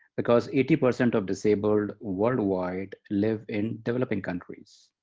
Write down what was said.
because eighty percent of disabled worldwide live in developing countries.